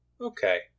Okay